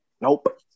nope